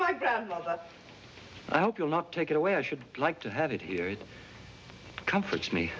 my grandmother i hope you're not taken away i should like to have it here it comforts me